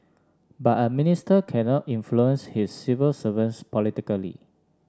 but a minister cannot influence his civil servants politically